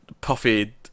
Puffy